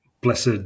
blessed